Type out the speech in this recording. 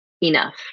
enough